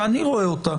שאני רואה אותה